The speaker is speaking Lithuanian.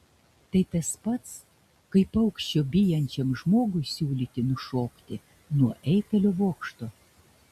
tai tas pats kaip aukščio bijančiam žmogui siūlyti nušokti nuo eifelio bokšto